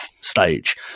stage